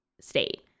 State